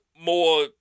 more